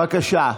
בבקשה.